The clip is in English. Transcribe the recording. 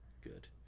Good